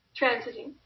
transiting